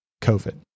COVID